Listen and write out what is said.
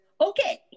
Okay